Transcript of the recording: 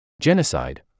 Genocide